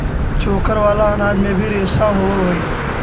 चोकर वाला अनाज में भी रेशा होवऽ हई